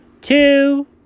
Two